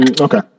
Okay